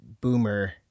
boomer